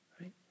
Right